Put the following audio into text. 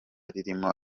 ririmo